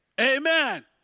Amen